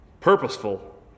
purposeful